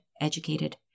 educated